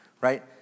right